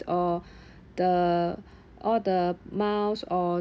or the all the miles or